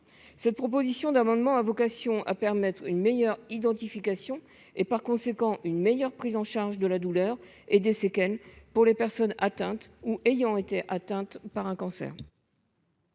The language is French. cette proposition d'amendement a vocation à permettre une meilleure identification et, par conséquent, une meilleure prise en charge de la douleur et des séquelles pour les personnes atteintes ou ayant été atteintes par un cancer.